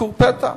ביקור פתע?